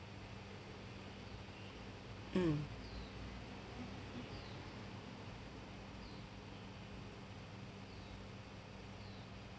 mm